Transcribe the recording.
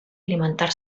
alimentar